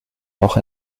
auch